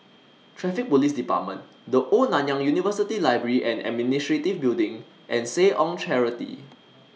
Traffic Police department The Old Nanyang University Library and Administration Building and Seh Ong Charity